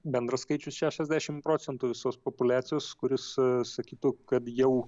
bendras skaičius šešiasdešimt procentų visos populiacijos kuris sakytų kad jau